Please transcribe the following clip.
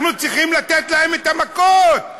אנחנו צריכים לתת להם את המכות,